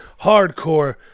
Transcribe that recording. hardcore